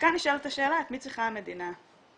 וכאן נשאלת השאלה את מי צריכה המדינה לסבסד,